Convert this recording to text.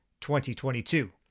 2022